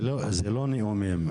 היא לא נאומים.